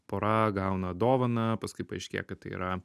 pora gauna dovaną paskui paaiškėja kad tai yra